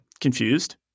confused